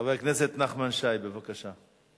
חבר הכנסת נחמן שי, בבקשה.